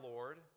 Lord